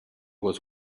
was